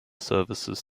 services